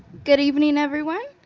good evening, everyone.